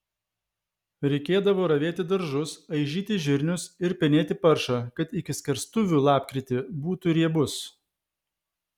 reikėdavo ravėti daržus aižyti žirnius ir penėti paršą kad iki skerstuvių lapkritį būtų riebus